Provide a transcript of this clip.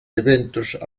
eventos